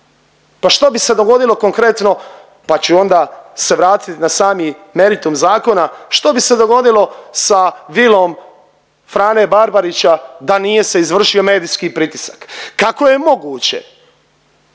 Pa što bi se dogodilo konkretno, pa ću onda se vratit na sami meritum zakona, što bi se dogodilo sa vilom Frane Barbarića da nije se izvršio medijski pritisak? Kako je moguće